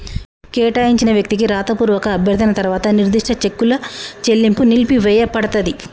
కేటాయించిన వ్యక్తికి రాతపూర్వక అభ్యర్థన తర్వాత నిర్దిష్ట చెక్కుల చెల్లింపు నిలిపివేయపడతది